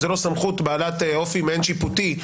אם זה לא סמכות בעלת אופי מעין שיפוטי,